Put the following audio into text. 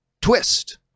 Twist